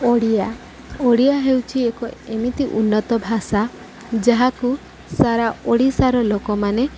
ଓଡ଼ିଆ ଓଡ଼ିଆ ହେଉଛି ଏକ ଏମିତି ଉନ୍ନତ ଭାଷା ଯାହାକୁ ସାରା ଓଡ଼ିଶାର ଲୋକମାନେ